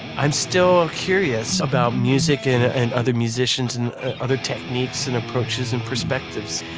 i'm still curious about music and and other musicians and other techniques and approaches and perspectives.